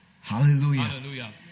hallelujah